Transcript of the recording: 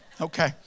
Okay